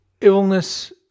illness